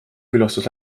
külastas